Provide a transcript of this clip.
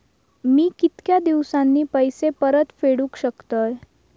मी कीतक्या दिवसांनी पैसे परत फेडुक शकतय?